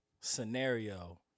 scenario